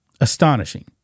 Astonishing